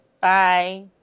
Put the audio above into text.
Bye